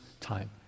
time